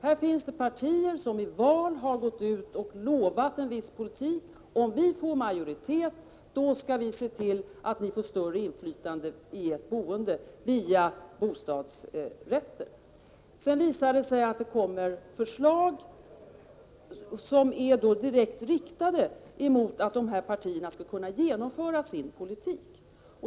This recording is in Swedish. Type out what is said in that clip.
Det finns partier som i val har gått ut och lovat en viss politik och sagt att om de får majoritet skall de se till att människor får större inflytande i boendet via bostadsrätter. Sedan visar det sig att förslag läggs fram som är direkt riktade mot dessa partier så att de inte kan genomföra sin politik.